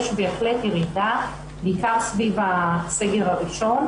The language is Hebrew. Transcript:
יש בהחלט ירידה בעיקר סביב הסגר הראשון,